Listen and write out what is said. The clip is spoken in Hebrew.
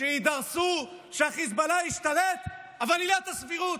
שיידרסו, שהחיזבאללה ישתלט, אבל עילת הסבירות.